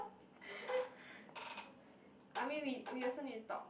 I mean we we also need to talk